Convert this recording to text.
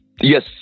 Yes